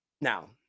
Now